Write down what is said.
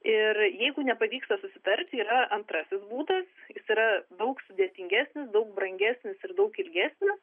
ir jeigu nepavyksta susitarti yra antrasis būdas jis yra daug sudėtingesnis daug brangesnis ir daug ilgesnis